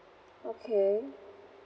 okay